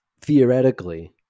theoretically